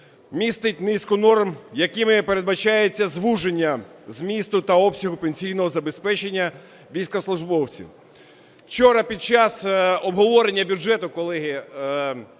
містить низку норм, якими передбачається звуження змісту та обсягу пенсійного забезпечення військовослужбовців. Вчора під час обговорення бюджету колеги